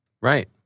Right